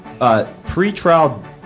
pretrial